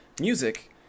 music